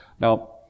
Now